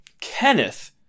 Kenneth